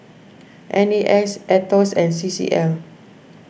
N A S Aetos and C C L